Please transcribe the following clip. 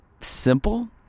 simple